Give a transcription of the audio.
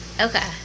Okay